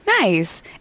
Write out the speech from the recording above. Nice